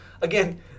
again